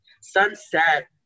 Sunset